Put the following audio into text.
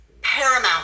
paramount